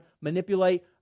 manipulate